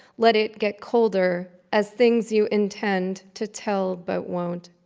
let it get colder as things you intend to tell but won't.